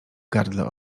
gardle